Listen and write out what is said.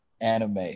anime